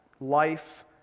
life